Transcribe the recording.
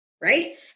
right